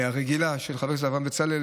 ההצעה לסדר-היום הרגילה של חבר הכנסת אברהם בצלאל,